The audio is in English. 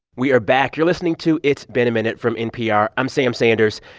we are back. you're listening to it's been a minute from npr. i'm sam sanders.